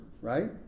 right